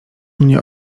mnie